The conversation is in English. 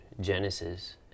Genesis